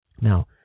Now